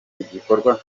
igikorwa